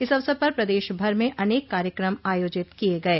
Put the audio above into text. इस अवसर पर प्रदेश भर में अनेक कार्यक्रम आयोजित किये गये